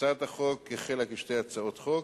הצעת החוק החלה כשתי הצעות חוק,